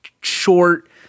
short